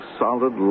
solid